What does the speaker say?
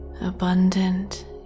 abundant